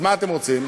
אז מה אתם רוצים?